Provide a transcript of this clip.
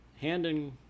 handing